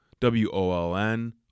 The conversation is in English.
WOLN